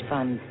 Fund